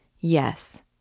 Yes